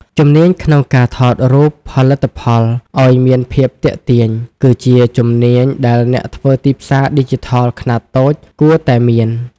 ជំនាញក្នុងការថតរូបផលិតផលឱ្យមានភាពទាក់ទាញ គឺជាជំនាញដែលអ្នកធ្វើទីផ្សារឌីជីថលខ្នាតតូចគួរតែមាន។